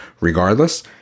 regardless